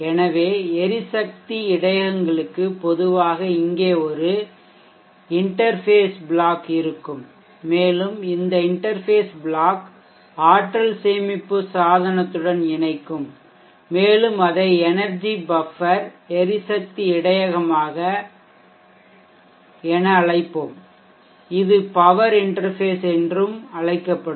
எனவே எரிசக்தி இடையகங்களுக்கு பொதுவாக இங்கே ஒரு இன்டெர்ஃபேஷ் பிளாக் இருக்கும் மேலும் இந்த இன்டெர்ஃபேஷ் பிளாக் ஆற்றல் சேமிப்பு சாதனத்துடன் இணைக்கும் மேலும் அதை எனெர்ஜி பஃப்பெர் எரிசக்தி இடையகமாக என அழைப்போம் இது பவர் இன்டெர்ஃபேஷ் என்று அழைக்கப்படும்